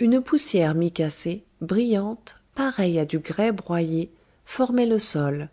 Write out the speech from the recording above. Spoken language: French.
une poussière micacée brillante pareille à du grés broyé formait le sol